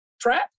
Trap